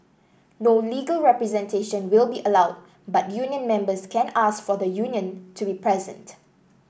no legal representation will be allowed but union members can ask for the union to be present